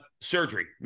surgery